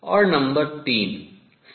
और नंबर 3 अप्रगामी तरंगें